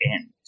end